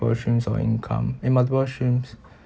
versions of income and multiple streams